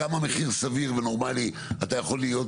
כמה מחיר סביר ונורמאלי אתה יכול להיות